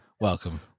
welcome